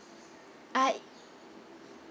uh